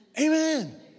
Amen